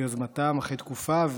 מיוזמתם, אחרי תקופה.